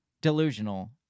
delusional